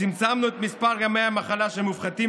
צמצמנו את מספר ימי המחלה שמופחתים